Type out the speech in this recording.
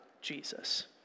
Jesus